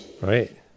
right